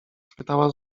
spytała